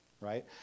right